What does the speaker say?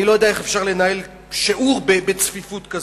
אני לא יודע איך אפשר לנהל שיעור בצפיפות כזאת.